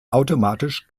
automatisch